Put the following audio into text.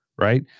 right